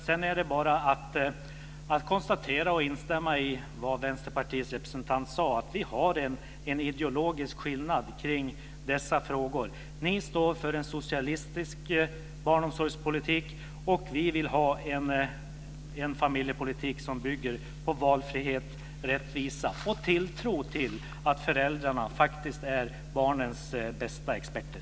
Det är bara att konstatera, och även instämma i, vad Vänsterpartiets representant sade, nämligen att det finns en ideologisk skillnad i dessa frågor: Ni står för en socialistisk barnomsorgspolitik och vi vill ha en familjepolitik som bygger på valfrihet och rättvisa och på en tilltro till att föräldrarna faktiskt är barnens bästa experter.